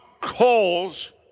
calls